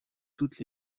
toutes